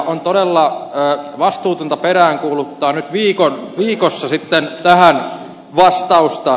on todella vastuutonta peräänkuuluttaa viikossa tähän vastausta